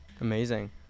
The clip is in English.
amazing